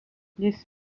les